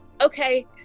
Okay